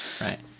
Right